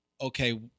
okay